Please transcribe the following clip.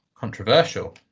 controversial